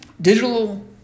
Digital